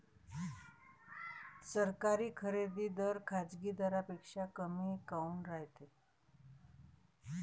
सरकारी खरेदी दर खाजगी दरापेक्षा कमी काऊन रायते?